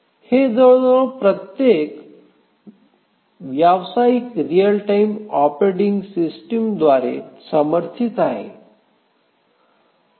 हे जवळजवळ प्रत्येक व्यावसायिक रीअल टाईम ऑपरेटिंग सिस्टमद्वारे समर्थित आहे